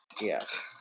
Yes